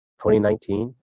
2019